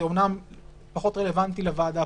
אומנם זה פחות רלוונטי לוועדה,